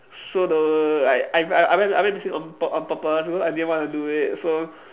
so the like I w~ I I went I went missing on p~ on purpose because I didn't want to do it so